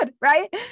Right